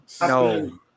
No